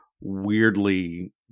weirdly